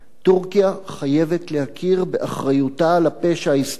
טורקיה חייבת להכיר באחריותה לפשע ההיסטורי.